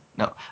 No